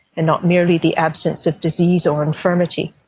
and not merely the absence of disease or infirmity.